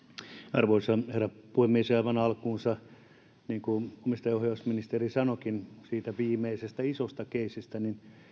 arvoisa herra puhemies aivan alkuunsa niin kuin omistajaohjausministeri sanoikin siitä viimeisestä isosta keissistä